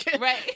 Right